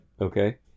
okay